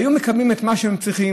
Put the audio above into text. אם הם היו מקבלים את מה שהם צריכים,